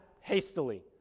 hastily